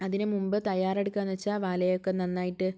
അതിന് മുൻപ് തയ്യാറെടുക്കാന്ന് വെച്ചാൽ വലയൊക്കെ നന്നായിട്ട്